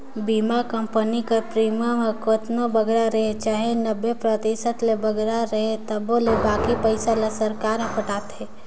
बीमा कंपनी कर प्रीमियम हर केतनो बगरा रहें चाहे नब्बे परतिसत ले बगरा रहे तबो ले बाकी पइसा ल सरकार हर पटाथे